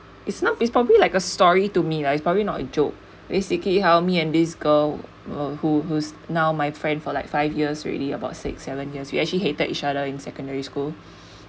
it's not it's probably like a story to me lah it's probably not a joke is basically how me and this girl who who's now my friend for like five years already about six seven years we actually hated each other in secondary school